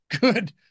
good